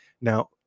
Now